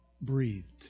Breathed